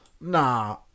Nah